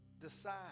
decide